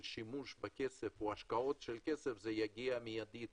של שימוש בכסף או השקעות של כסף זה יגיע מידית